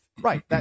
Right